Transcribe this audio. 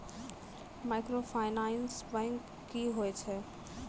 Microfinance bank की होय छै?